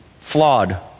flawed